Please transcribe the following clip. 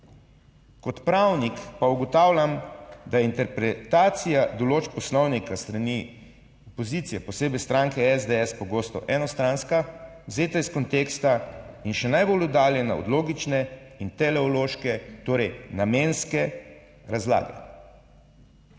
Kot pravnik pa ugotavljam, da je interpretacija določb Poslovnika s strani opozicije, posebej stranke SDS, pogosto enostranska, vzeta iz konteksta in še najbolj oddaljena od logične in teleološke, torej namenske razlage.